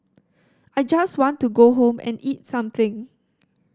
I just want to go home and eat something